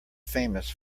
famous